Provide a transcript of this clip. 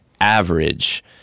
average